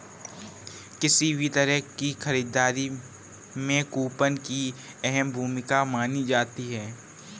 किसी भी तरह की खरीददारी में कूपन की अहम भूमिका मानी जाती है